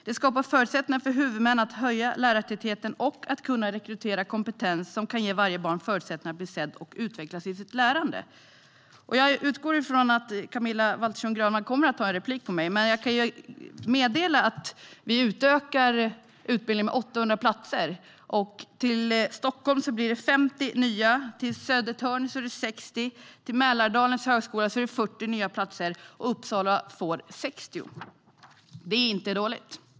Det skapar förutsättningar för huvudmän att höja lärartätheten och rekrytera kompetens som kan ge varje barn förutsättningar att bli sett och utvecklas i sitt lärande. Jag utgår ifrån att Camilla Waltersson Grönvall kommer att begära replik på mitt anförande, men jag kan meddela att vi utökar utbildningen med 800 platser. Till Stockholm blir det 50 nya platser, till Södertörn blir det 60 och till Mälardalens högskola blir det 40 nya platser. Uppsala får 60 platser. Det är inte dåligt.